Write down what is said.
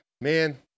Man